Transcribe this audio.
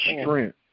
strength